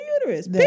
uterus